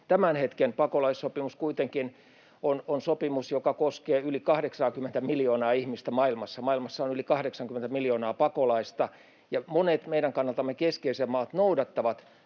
tämän hetken pakolaissopimus kuitenkin on sopimus, joka koskee yli 80:tä miljoonaa ihmistä maailmassa — maailmassa on yli 80 miljoonaa pakolaista. Monet meidän kannaltamme keskeiset maat noudattavat